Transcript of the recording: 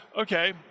okay